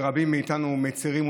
ורבים מאיתנו מצירים.